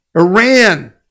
Iran